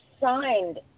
signed